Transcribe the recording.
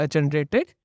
Generated